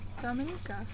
dominica